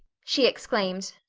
she exclaimed,